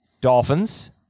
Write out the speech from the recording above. Dolphins